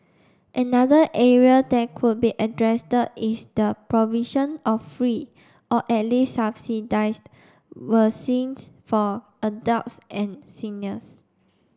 another area that could be address is the provision of free or at least subsidised vaccines for adults and seniors